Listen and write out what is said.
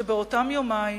שבאותם יומיים